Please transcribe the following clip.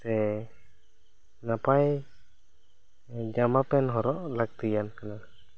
ᱥᱮ ᱱᱟᱯᱟᱭ ᱡᱟᱢᱟ ᱯᱮᱱᱴ ᱦᱚᱨᱚᱜ ᱞᱟᱹᱠᱛᱤᱭᱟᱱ ᱠᱟᱱᱟ